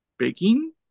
Baking